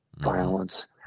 violence